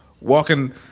walking